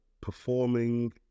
performing